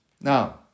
Now